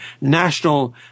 National